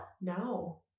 No